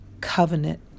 covenant